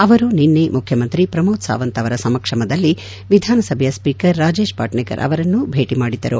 ಅವರು ನಿನ್ನೆ ಮುಖ್ಯಮಂತ್ರಿ ಪ್ರಮೋದ್ ಸಾವಂತ್ ಅವರ ಸಮಕ್ಷಮದಲ್ಲಿ ವಿಧಾನಸಭೆಯ ಸ್ಪೀಕರ್ ರಾಜೇಶ್ ಪಾಟ್ನೇಕರ್ ಅವರನ್ನು ಭೇಟಿ ಮಾಡಿದ್ದರು